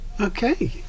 Okay